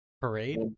parade